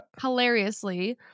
hilariously